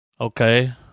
okay